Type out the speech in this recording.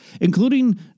including